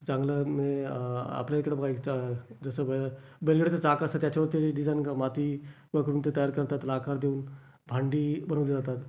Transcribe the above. चांगलं मी आपल्याकडे बघा जसंं बैल बैलगाडीचं चाक असतं त्याच्यावर ते डिजाईन माती बघून ते तयार करतात आकार देऊन भांडी बनवली जातात